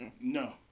No